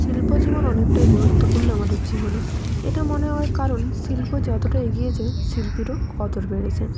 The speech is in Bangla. শিল্প জীবন অনেকটাই গুরুত্বপূণ্ণো আমাদের জীবনে এটা মনে হওয়ার কারণ শিল্প যতটা এগিয়েছে শিল্পীরও কদর বেড়েছে